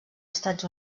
estats